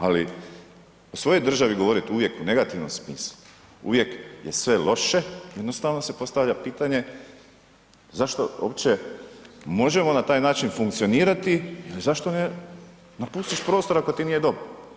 Ali o svojoj državi govoriti uvijek o negativnom smislu, uvijek je sve loše, jednostavno se postavlja pitanje zašto uopće možemo na taj način funkcionirati ili zašto ne napustiš prostor ako ti nije dobro.